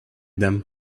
them